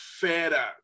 fera